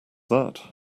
that